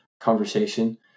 conversation